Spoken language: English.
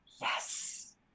yes